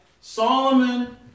Solomon